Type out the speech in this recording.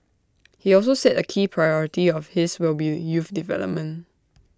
he also said A key priority of his will be youth development